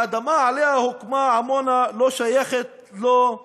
האדמה שעליה הוקמה עמונה לא שייכת לו,